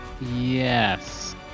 yes